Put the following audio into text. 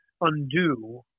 undo